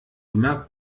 immer